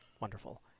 wonderful